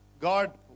God